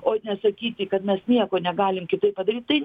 o nesakyti kad mes nieko negalim kitaip padaryt tai